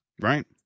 Right